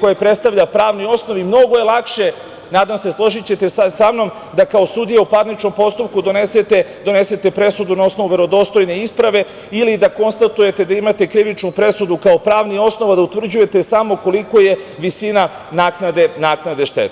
koje predstavlja pravni osnov i mnogo je lakše, nadam se, složićete se sa mnom, da kao sudija u parničnom postupku donesete presudu na osnovu verodostojne isprave ili da konstatujete da imate krivičnu presudu, kao pravni osnov a da utvrđujete samo koliko je visina naknade štete.